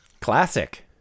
Classic